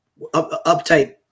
uptight